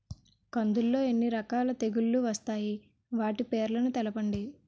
కందులు లో ఎన్ని రకాల తెగులు వస్తాయి? వాటి పేర్లను తెలపండి?